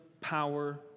power